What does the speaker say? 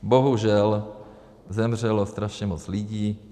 Bohužel zemřelo strašně moc lidí.